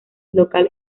local